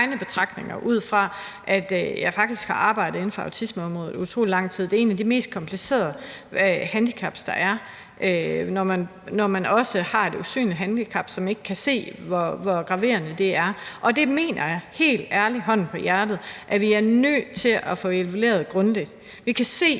betragtninger på, at jeg faktisk har arbejdet inden for autismeområdet i utrolig lang tid. Det er et af de mest komplicerede handicaps, der er, at man har et usynligt handicap, så folk ikke kan se, hvor graverende det er. Og det mener jeg helt ærligt, hånden på hjertet, at vi er nødt til at få evalueret grundigt. Vi kan se,